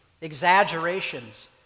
Exaggerations